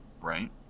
right